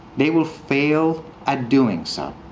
they will fail at doing so.